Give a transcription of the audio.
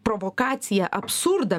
provokaciją absurdą